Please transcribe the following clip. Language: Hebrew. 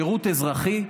שירות אזרחי,